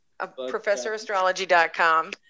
ProfessorAstrology.com